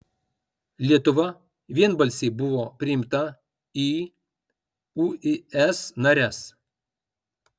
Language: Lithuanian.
lietuva vienbalsiai buvo priimta į uis nares